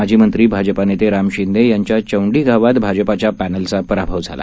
माजीमंत्रीभाजपानेतेरामशिंदेयांच्याचौंडीगावातभाजपाच्यापॅनलचापराभव झाला